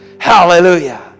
Hallelujah